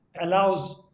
allows